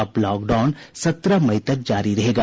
अब लॉकडाउन सत्रह मई तक जारी रहेगा